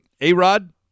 A-Rod